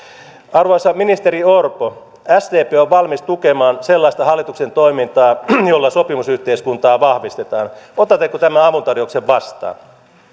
arvoisa ministeri orpo sdp on valmis tukemaan sellaista hallituksen toimintaa jolla sopimusyhteiskuntaa vahvistetaan otatteko tämän avuntarjouksen vastaan